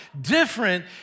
different